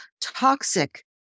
toxic